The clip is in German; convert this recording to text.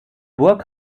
burg